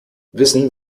wissen